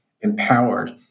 empowered